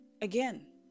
again